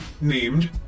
named